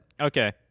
Okay